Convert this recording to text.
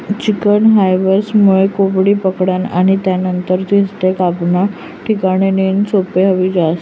chicken हार्वेस्टरमुये कोंबडी पकडनं आणि त्यानंतर त्यासले कापाना ठिकाणे नेणं सोपं व्हयी जास